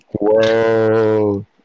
Whoa